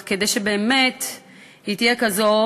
אך כדי שהיא באמת תהיה כזאת,